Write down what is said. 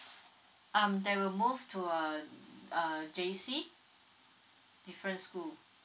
um they will move to a uh J_C different school